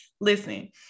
listen